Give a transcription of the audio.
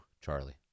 charlie